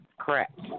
Correct